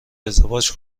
ازدواج